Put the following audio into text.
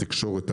התקשורת,